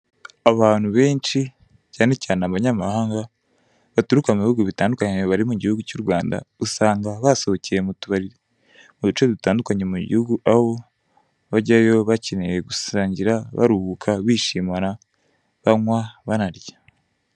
Abantu benshi cyane cyane abanyamahanga, baturuka mu bihugu bitandukanye bari mu gihugu cy'u Rwanda, usanga basohokeye mu tubari mu duce dutandukanye mu gihugu, aho bajyayo bakeneye gusangira, baruhuka, bishimana, banarya.